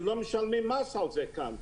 והם לא משלמים מס על זה כאן.